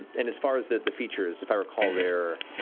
and as far as the features, if i recall, they're